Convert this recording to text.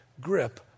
grip